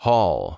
Hall